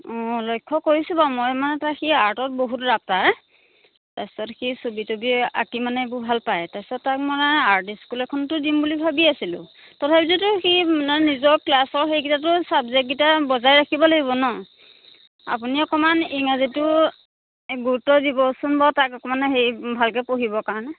অঁ লক্ষ্য কৰিছোঁ বাৰু মই মানে সি আৰ্টত বহুত ৰাপ তাৰ তাৰ পিছত সি ছবি তবি আঁকি মানে এইবোৰ ভালপায় তাৰ পিছত তাক মানে আৰ্ট ইস্কুল এখনতো দিম বুলি ভাবি আছিলোঁ তথাপিতো সি নিজৰ ক্লাছৰ হেৰিকেইটাতো ছাবজেক্টকেইটা বজাই ৰাখিব লাগিব ন আপুনি অকণমান ইংৰাজীটো গুৰুত্ব দিবচোন বাৰু তাক অকণমান হেৰি ভালকৈ পঢ়িব কাৰণে